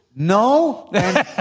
No